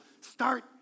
start